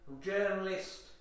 journalist